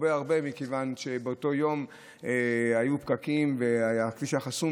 מכיוון שבאותו יום היו פקקים והכביש היה חסום